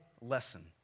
lesson